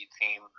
team